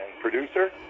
producer